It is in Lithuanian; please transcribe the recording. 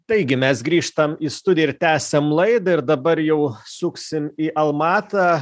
taigi mes grįžtam į studiją ir tęsiam laidą ir dabar jau suksim į almatą